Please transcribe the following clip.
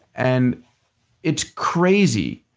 and it's crazy